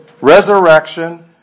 resurrection